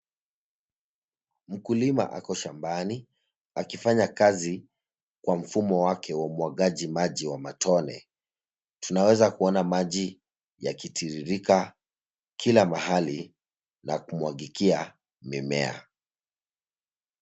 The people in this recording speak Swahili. Mkulima ako shambani akifanya kazi kwa mfumo wake wa umwagani maji wa matone. Tunaweza kuona maji yakitiririka kila mahali na kumwagikia mimea.